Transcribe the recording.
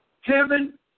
heaven